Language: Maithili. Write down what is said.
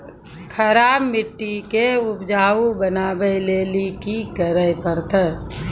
खराब मिट्टी के उपजाऊ बनावे लेली की करे परतै?